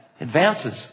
advances